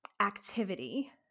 activity